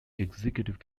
executive